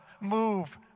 move